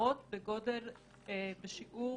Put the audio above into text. אזהרות בשיעור